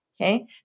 Okay